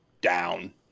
down